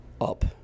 up